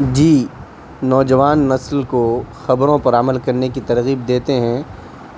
جی نوجوان نسل کو خبروں پر عمل کرنے کی ترغیب دیتے ہیں